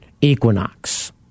Equinox